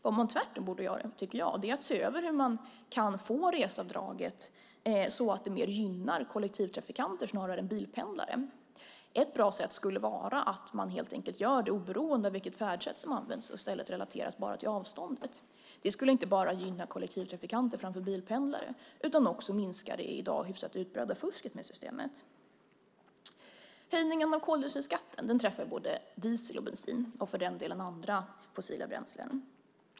Det man tvärtom borde göra, tycker jag, är att se över hur man kan få reseavdraget att mer gynna kollektivtrafikanter än bilpendlare. Ett bra sätt skulle vara att man helt enkelt gör det oberoende av vilket färdsätt som används och i stället relaterar bara till avståndet. Det skulle inte bara gynna kollektivtrafikanter framför bilpendlare utan också minska det i dag hyfsat utbredda fusket med systemet. Höjningen av koldioxidskatten träffar både diesel och bensin, och för den delen andra fossila bränslen.